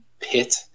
pit